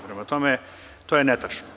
Prema tome, to je netačno.